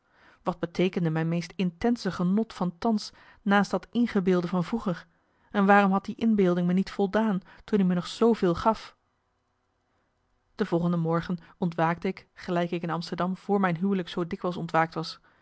wat beteekende mijn meest intense genot van thans naast dat ingebeelde van vroeger en waarom had die inbeelding me niet voldaan toen i me nog zveel gaf marcellus emants een nagelaten bekentenis de volgende morgen ontwaakte ik gelijk ik in amsterdam vr mijn huwelijk zoo dikwijls ontwaakt was